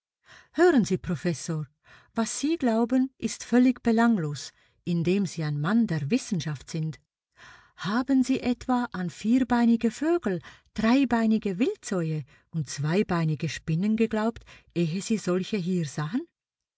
hören sie professor was sie glauben ist völlig belanglos indem sie ein mann der wissenschaft sind haben sie etwa an vierbeinige vögel dreibeinige wildsäue und zweibeinige spinnen geglaubt ehe sie solche hier sahen